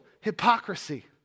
hypocrisy